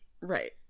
Right